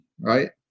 right